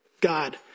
God